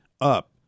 up